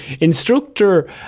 Instructor